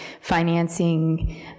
financing